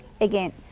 Again